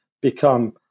become